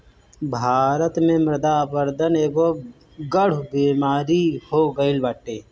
भारत में मृदा अपरदन एगो गढ़ु बेमारी हो गईल बाटे